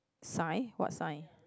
sign what sign